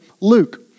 Luke